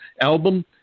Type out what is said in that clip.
album